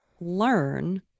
learn